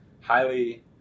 highly